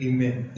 Amen